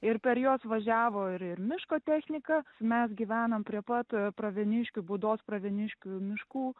ir per juos važiavo ir ir miško technika mes gyvenam prie pat pravieniškių būdos pravieniškių miškų